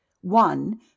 One